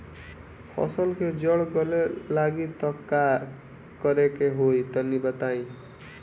फसल के जड़ गले लागि त का करेके होई तनि बताई?